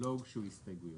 לא הוגשו הסתייגויות.